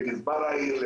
גזבר העיר,